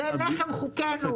זה לחם חוקנו.